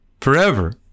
forever